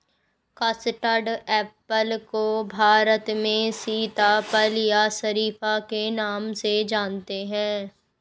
custard apple को भारत में सीताफल या शरीफा के नाम से जानते हैं